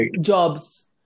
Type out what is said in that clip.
jobs